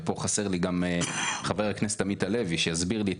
ופה חסר לי גם חבר הכנסת עמית הלוי שיסביר לי את